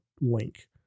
link